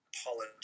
apology